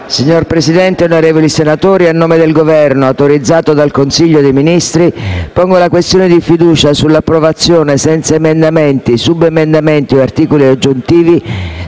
Signor Presidente, onorevoli senatori, a nome del Governo, autorizzata dal Consiglio dei ministri, pongo la questione di fiducia sull'approvazione, senza emendamenti, subemendamenti o articoli aggiuntivi,